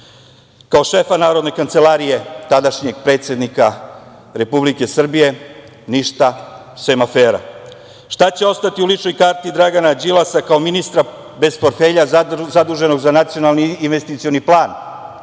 kao šefa Narodne kancelarije tadašnjeg predsednika Republike Srbije? Ništa, sem afera. Šta će ostati u ličnoj karti Dragana Đilasa kao ministra bez portfelja zaduženog Nacionalni investicioni plan?